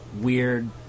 weird